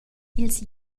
ils